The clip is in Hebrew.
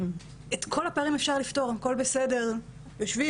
את כל הפערים אפשר לפתור והכל בסדר אם יושבים